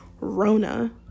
Rona